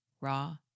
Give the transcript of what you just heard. raw